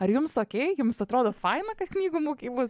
ar jums okei jums atrodo faina kad knygų mugėj bus